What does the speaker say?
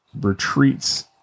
retreats